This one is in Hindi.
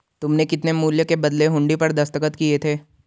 तुमने कितने मूल्य के बदले हुंडी पर दस्तखत किए थे?